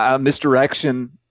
misdirection